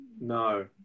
No